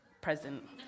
present